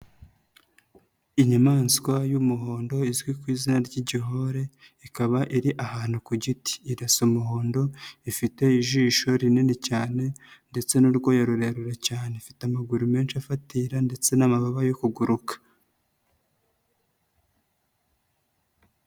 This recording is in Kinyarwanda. Inyamaswa y'umuhondo izwi ku izina ry'igihore ikaba iri ahantu ku giti, irasa umuhondo ifite ijisho rinini cyane ndetse n'urwoya rurerure cyane, ifite amaguru menshi afatira ndetse n'amababa yo kuguruka.